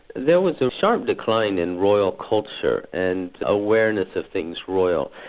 there was a sharp decline in royal culture, and awareness of things royal,